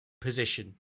position